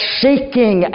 seeking